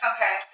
Okay